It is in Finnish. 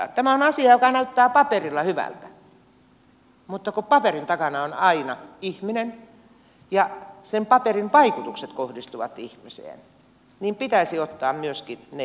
tämä on asia joka näyttää paperilla hyvältä mutta kun paperin takana on aina ihminen ja sen paperin vaikutukset kohdistuvat ihmiseen niin pitäisi ottaa myöskin ne huomioon